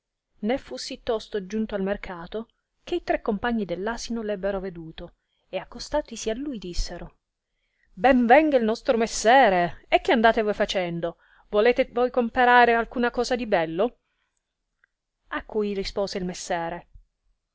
né fu sì tosto giunto al mercato che i tre compagni dell'asino l'ebbero veduto e accostatisi a lui dissero ben venga il nostro messere e che andate voi facendo volete voi comperare alcuna cosa di bello a cui rispose il messere